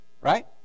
Right